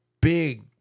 big